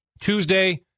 Tuesday